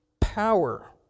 power